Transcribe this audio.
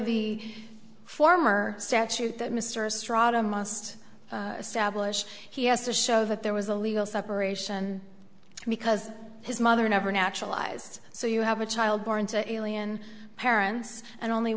the former statute that mr strada must establish he has to show that there was a legal separation because his mother never naturalized so you have a child born to alien parents and only